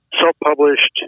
self-published